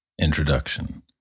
Introduction